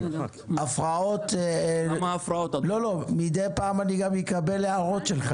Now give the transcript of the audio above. הפרעות מדי פעם גם אקבל, גם הערות,